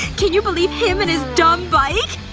can you believe him and his dumb bike!